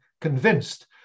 convinced